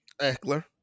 Eckler